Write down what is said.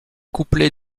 couplets